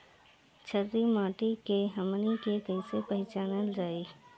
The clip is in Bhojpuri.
छारी माटी के हमनी के कैसे पहिचनल जाइ?